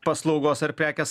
paslaugos ar prekės